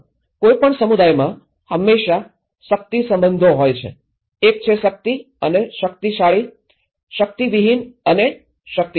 કોઈપણ સમુદાયમાં હંમેશાં શક્તિ સંબંધો હોય છે એક છે શક્તિ અને શક્તિશાળી શક્તિવિહીન અને શક્તિશાળી